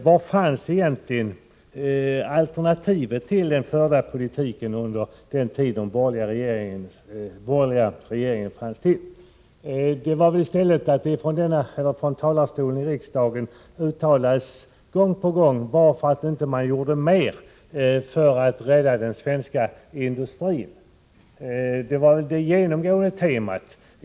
Var fanns egentligen alternativet till den förda politiken under den tid de borgerliga regeringarna fanns till? Från talarstolen i riksdagen frågades i stället gång på gång varför man inte gjorde mer för att rädda den svenska industrin — det var det genomgående temat.